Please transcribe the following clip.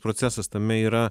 procesas tame yra